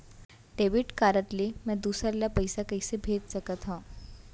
Debit card ले मैं दूसर ला पइसा कइसे भेज सकत हओं?